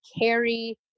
carry